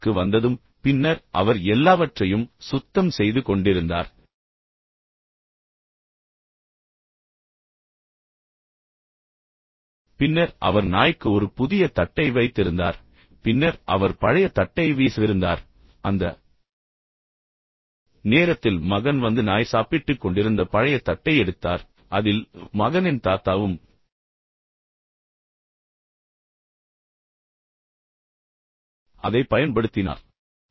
அவர் வீட்டிற்கு வந்ததும் பின்னர் அவர் எல்லாவற்றையும் சுத்தம் செய்து கொண்டிருந்தார் பின்னர் அவர் நாய்க்கு ஒரு புதிய தட்டை வைத்திருந்தார் பின்னர் அவர் பழைய தட்டை வீசவிருந்தார் அந்த நேரத்தில் மகன் வந்து நாய் சாப்பிட்டுக் கொண்டிருந்த பழைய தட்டை எடுத்தார் அதில் மகனின் தாத்தாவும் அதைப் பயன்படுத்தினார்